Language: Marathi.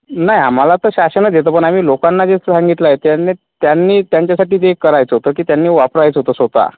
नाही आम्हाला तर शासनच देतं पण आम्ही लोकांना जे सांगितलं आहे त्यांनी त्यांनी त्यांच्यासाठी ते करायचं होतं की त्यांनी वापरायचं होतं स्वत